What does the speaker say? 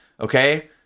Okay